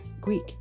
Greek